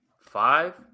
Five